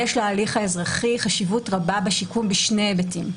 יש להליך האזרחי חשיבות רבה בשיקום בשני היבטים,